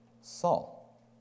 Saul